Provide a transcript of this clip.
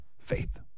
faith